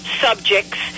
subjects